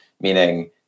meaning